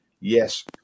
Yes